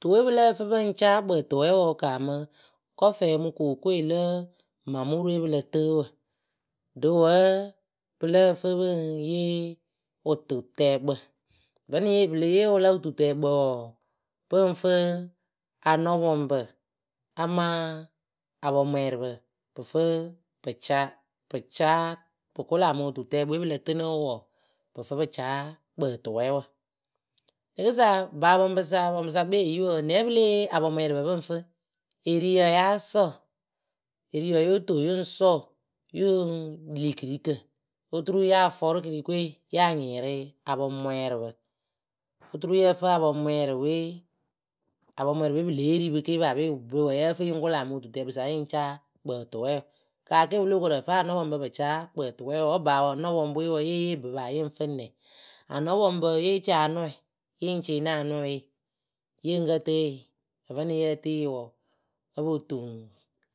tuwe pɨ lǝ́ǝ fɨ pɨŋ caa kpǝǝtʊwɛɛwǝ wɨ kaamɨ kɔfɛ mɨ kookoe lǝ mamurǝ we pɨ l;. q tɨɨ wǝ ɖǝ wǝ́. pɨ lǝ́ǝ fɨ pɨŋ yee wɨtɨtɛɛkpǝ vǝ́ nɨŋ yee pe le yee wɨlǝ wɨtɨtɛɛkpǝ wǝǝ pɨŋ fɨɨ anɔpɔŋpǝ amaa. apɔŋmwɛɛrɩpǝ pɨ fɨ pǝ ca pɨ caa pɨ kʊla mɨ wɨtɨtɛɛkpǝ we pɨ lǝ tɨnɨ wǝǝ pɨ fɨ pɨ caa kpǝǝtʊwɛɛwǝ rɨkɨsa ŋba apɔŋpǝ sa apɔŋpǝ sa kpeeyi wǝǝ nɛ wǝ́ pɨ lée yee apɔŋmwɛrɩpǝ pɨŋ fɨ, eriyǝ wǝ́ yáa sɔɔ eriyǝ wǝ́ yǝ otoŋ yɨŋ sɔɔ yɨŋ li kɨrikǝ oturu ya fɔrʊ kɨrikǝ we ya nyɩɩrɩ apɔŋmwɛɛrɩpǝ oturu yǝ fɨ apɔŋmwɛɛrɩpǝ we apɔŋmwɛɛrɩpǝ we pɨ lée ri pɨ ke paape ŋpǝ wǝ́ yǝ́ǝ fɨ yɨŋ kʊla mɨ wɨtɨtɛɛkpǝ sa yɨŋ caa kpǝǝtʊwɛɛwǝ kaa ke pɨ lóo koru ǝ fɨ anɔpɔŋpǝ pɨ caa kpǝǝtʊwɛɛwǝ wǝ́ ŋpa nɔŋpɔŋpǝ we ye yee ŋpǝ paa yɨŋ fɨ nɛ? Anɔpɔŋpǝ yée tie anɔɛ yɨ ŋ cɩɩnɩ anɔɛye yɨ ŋ kǝ tɨɨ yɨ ǝvǝ nɨŋ yǝ tɨɨ yɨ wǝǝ o po toŋ